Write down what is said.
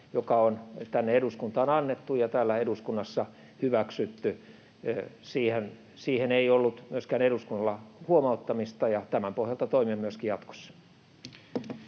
joka on tänne eduskuntaan annettu ja täällä eduskunnassa hyväksytty. Siihen ei ollut myöskään eduskunnalla huomauttamista, ja tämän pohjalta toimimme myöskin jatkossa.